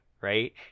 right